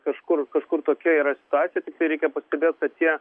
kažkur kažkur tokia yra situacija tiktai reikia pastebėt kad tie